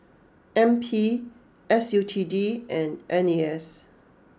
N P S U T D and N A S